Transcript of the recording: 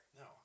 No